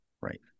Right